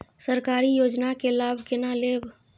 सरकारी योजना के लाभ केना लेब?